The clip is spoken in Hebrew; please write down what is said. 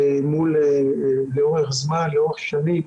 לאורך שנים,